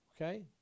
Okay